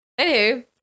anywho